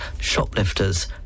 shoplifters